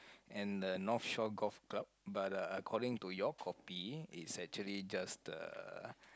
and the North Shore Golf Club but uh according to your copy is actually just the